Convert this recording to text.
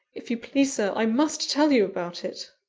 if you please, sir, i must tell you about it!